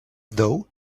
though